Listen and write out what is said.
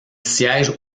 siège